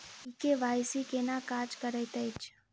ई KYC केना काज करैत अछि?